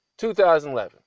2011